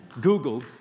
Google